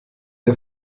der